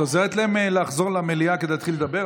את עוזרת להם לחזור למליאה כדי להתחיל לדבר,